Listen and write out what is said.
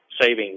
savings